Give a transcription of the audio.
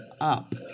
up